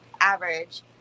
average